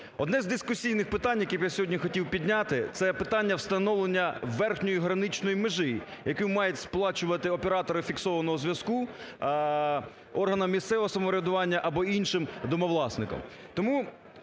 Одне з дискусійних питань, яке б я сьогодні хотів підняти, це питання встановлення верхньої граничної межі, яку мають сплачувати оператори фіксованого зв'язку органам місцевого самоврядування або іншим домовласникам.